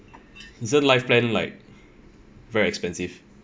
isn't life plan like very expensive